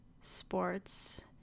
sports